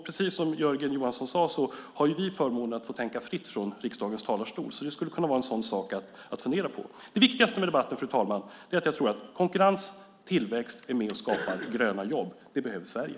Precis som Jörgen Johansson sade har vi förmånen att få tänka fritt från riksdagens talarstol. Det skulle kunna vara en sådan sak att fundera på. Fru talman! Det viktigaste med debatten är att säga att konkurrens och tillväxt är med och skapar gröna jobb. Det behöver Sverige.